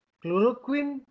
chloroquine